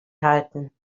halten